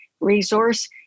resource